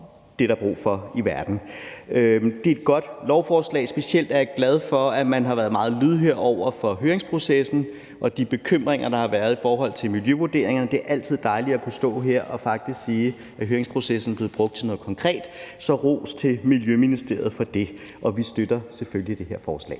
Det er et godt lovforslag. Jeg er specielt glad for, at man har været meget lydhør i høringsprocessen og over for de bekymringer, der har været i forhold til miljøvurderingerne. Det er altid dejligt at kunne stå her og sige, at høringsprocessen er blevet brugt til noget konkret – så ros til Miljøministeriet for det. Vi støtter selvfølgelig det her forslag.